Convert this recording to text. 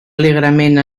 alegrement